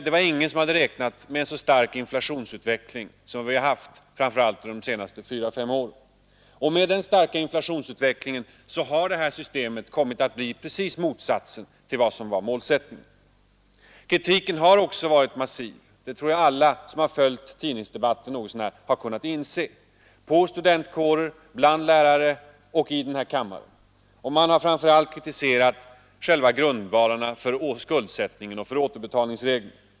Men ingen hade då räknat med en så stark inflationsutveckling som den vi haft, framför allt under de senaste fyra fem åren. Och med den starka inflationsutvecklingen har det här systemet kommit att bli precis motsatsen till vad som var målsättningen. Kritiken har också varit massiv — det tror jag att alla som har följt tidningsdebatten är beredda att medge — inom studentkårer, bland lärare och i denna kammare. Man har framför allt kritiserat själva grundreglerna för skuldsättning och återbetalning.